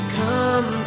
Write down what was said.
come